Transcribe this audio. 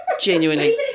Genuinely